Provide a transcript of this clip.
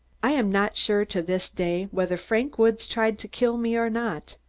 i am not sure to this day, whether frank woods tried to kill me or not.